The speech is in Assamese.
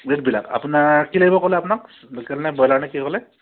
ৰেটবিলাক আপোনাৰ কি লাগিব ক'লে আপোনাক লোকেল নে ব্ৰইলাৰ নে কি ক'লে